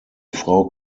frau